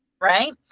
right